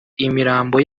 imirambo